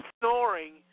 snoring